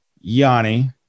Yanni